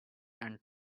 and